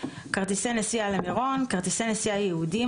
"כרטיסי נסיעה למירון" כרטיסי נסיעה ייעודיים